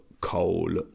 coal